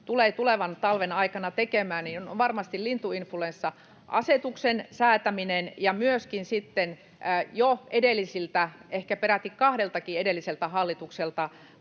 tulee tulevan talven aikana tekemään, on varmasti lintuinfluenssa-asetuksen säätäminen ja myöskin sitten jo edelliseltä — ehkä peräti kahdeltakin edelliseltä — hallitukselta